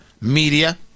media